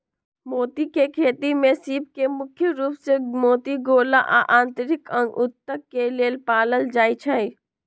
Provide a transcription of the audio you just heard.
मोती के खेती में सीप के मुख्य रूप से मोती गोला आ आन्तरिक अंग उत्तक के लेल पालल जाई छई